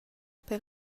per